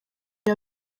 iyi